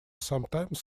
sometimes